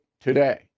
today